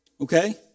Okay